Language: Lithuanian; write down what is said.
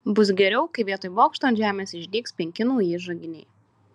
bus geriau kai vietoj bokšto ant žemės išdygs penki nauji žaginiai